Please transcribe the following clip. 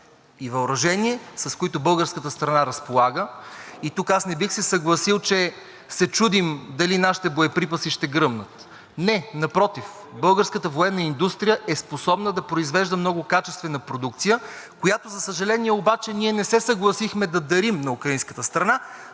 и въоръжение, с които българската страна разполага. Тук аз не бих се съгласил, че се чудим дали нашите боеприпаси ще гръмнат. Не, напротив, българската военна индустрия е способна да произвежда много качествена продукция, която, за съжаление обаче, ние не се съгласихме да дарим на украинската страна,